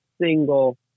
single